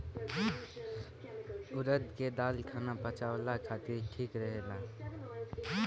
उड़द के दाल खाना पचावला खातिर ठीक रहेला